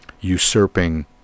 usurping